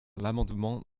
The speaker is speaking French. l’amendement